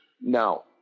Now